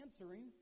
answering